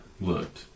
looked